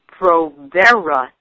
Provera